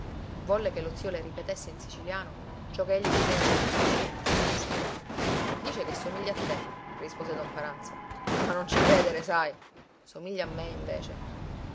volle che lo zio le ripetesse in siciliano ciò che egli diceva per il piccino dice che somiglia a te rispose don paranza ma non ci credere sai somiglia a me invece